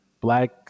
black